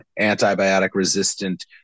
antibiotic-resistant